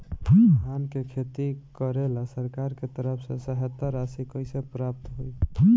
धान के खेती करेला सरकार के तरफ से सहायता राशि कइसे प्राप्त होइ?